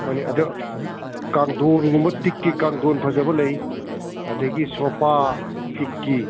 ꯍꯣꯏꯅꯦ ꯑꯗꯣ ꯀꯥꯡꯊꯣꯟꯒꯨꯝꯕ ꯇꯤꯛꯀꯤ ꯀꯥꯡꯊꯣꯟ ꯐꯖꯕ ꯂꯩ ꯑꯗꯨꯗꯒꯤ ꯁꯣꯐꯥ ꯇꯤꯛꯀꯤ